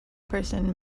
person